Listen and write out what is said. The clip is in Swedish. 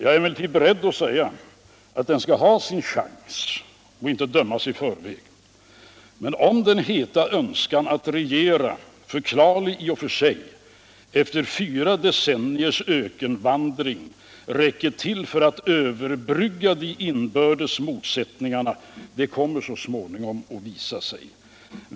Jag är emeHertid beredd att förklara att den skall ha sin chans och inte dömas i förväg, men om den heta önskan att regera. förklarlig I och för sig efter fyra decenniers ökenvandring, räcker till för aut överbrygga de inbördes motsättningarna kommer att visa stg så småningom.